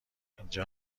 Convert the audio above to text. اینجا